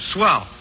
Swell